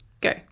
go